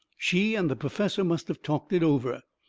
she and the perfessor must of talked it over.